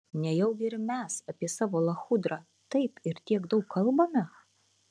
nejaugi ir mes apie savo lachudrą taip ir tiek daug kalbame